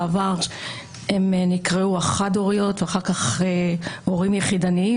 בעבר הם נקראו "חד הוריות" ואחר כך "הורים יחידניים",